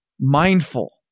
mindful